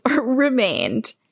remained